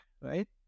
right